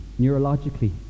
neurologically